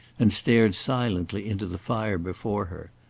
and stared silently into the fire before her.